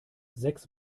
sechs